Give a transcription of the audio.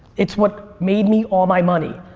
it's what made me all my money.